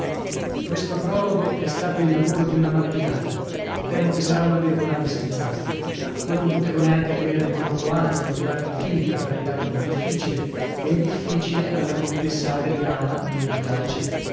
questo prologo è stato il lavoro di una mattinata e temo che sarà una birbonata senz'altro ma non potevo neanche tenermi troppo alto lavorar di fine che avrei dato nel difficile e il difficile alla contessa adriana non piace